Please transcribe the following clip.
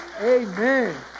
Amen